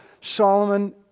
Solomon